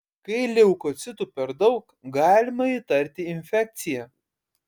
kai leukocitų per daug galima įtarti infekciją